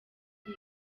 aho